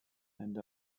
and